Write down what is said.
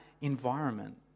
environment